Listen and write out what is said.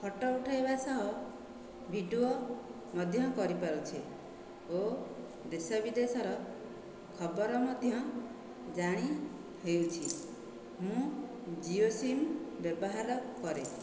photo ଉଠାଇବା ସହ video ମଧ୍ୟ କରିପାରୁଛେ ଓ ଦେଶ ବିଦେଶର ଖବର ମଧ୍ୟ ଜାଣି ହେଉଛି ମୁଁ ଜିଓ ସିମ୍ ବ୍ୟବହାର କରେ